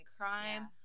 crime